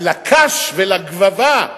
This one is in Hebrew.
לקש ולגבבה